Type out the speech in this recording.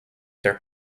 their